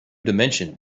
dimension